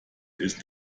ist